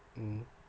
mm